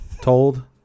told